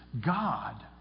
God